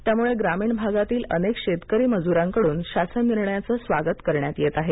त्यामुळं ग्रामीण भागातील अनेक शेतकरीमजुरांकडून शासन निर्णयाचं स्वागत करण्यात येत आहे